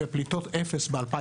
ואפס פליטות ב-2050